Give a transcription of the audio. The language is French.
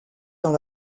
dans